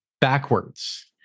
backwards